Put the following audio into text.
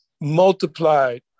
multiplied